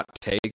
take